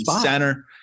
center